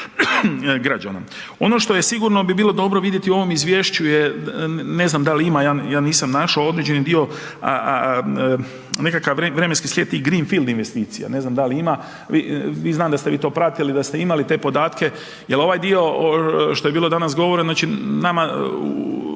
Ono što bi sigurno bilo dobro vidjeti u ovom izvješću, ne znam da li ima ja nisam našao, određeni dio nekakav vremenski slijed tih greenfield investicija, ne znam da li ima. Znam da ste vi to pratili, da ste imali te podatke, jel ovaj dio što je bilo danas govora, znači nama